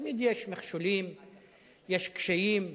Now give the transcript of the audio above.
תמיד יש מכשולים וקשיים.